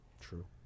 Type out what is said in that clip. True